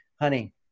honey